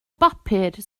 bapur